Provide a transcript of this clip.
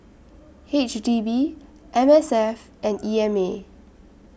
H D B M S F and E M A